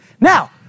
Now